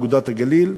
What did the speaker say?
"אגודת הגליל",